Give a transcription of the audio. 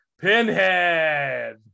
Pinhead